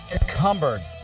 encumbered